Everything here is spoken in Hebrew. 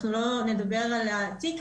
אנחנו לא נדבר על התיק,